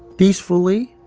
peacefully,